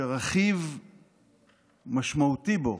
שרכיב משמעותי בו